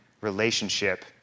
relationship